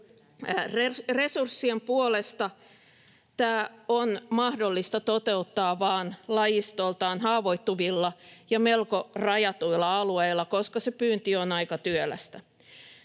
Resurssien puolesta tämä on mahdollista toteuttaa vain lajistoltaan haavoittuvilla ja melko rajatuilla alueilla, koska se pyynti on aika työlästä.